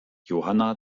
johanna